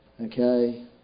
okay